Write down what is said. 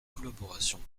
collaborations